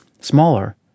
smaller